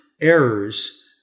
errors